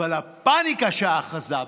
אבל הפניקה שאחזה בנו,